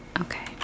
Okay